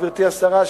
גברתי השרה,